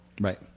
right